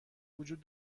وجود